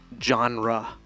genre